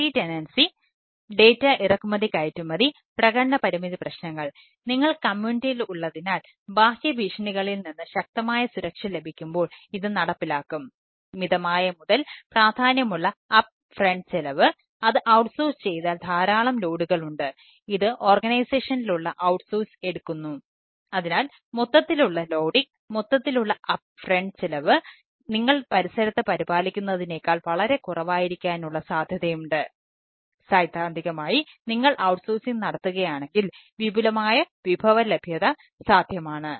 multi ടെൻസി നടത്തുകയാണെങ്കിൽ വിപുലമായ വിഭവ ലഭ്യത സാധ്യമാണ്